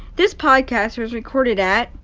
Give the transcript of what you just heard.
this podcast was recorded at.